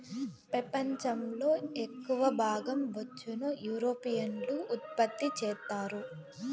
పెపంచం లో ఎక్కవ భాగం బొచ్చును యూరోపియన్లు ఉత్పత్తి చెత్తారు